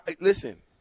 Listen